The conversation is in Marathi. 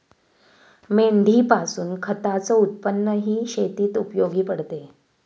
मेंढीपासून खताच उत्पन्नही शेतीत उपयोगी पडते